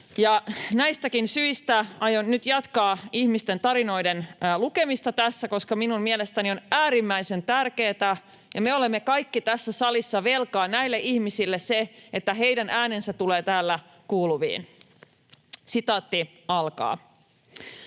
Näistäkin syistä aion nyt jatkaa ihmisten tarinoiden lukemista tässä, koska minun mielestäni se on äärimmäisen tärkeätä ja me olemme kaikki tässä salissa velkaa näille ihmisille sen, että heidän äänensä tulee täällä kuuluviin. ”Asumistuen